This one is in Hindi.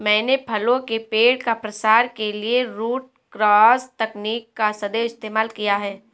मैंने फलों के पेड़ का प्रसार के लिए रूट क्रॉस तकनीक का सदैव इस्तेमाल किया है